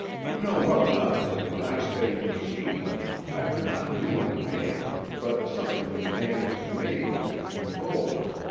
you know well enough that when i say machine i do not mean a man, but something that man has made and controls.